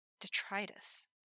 detritus